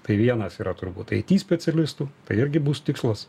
tai vienas yra turbūt it specialistų tai irgi bus tikslas